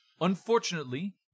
Unfortunately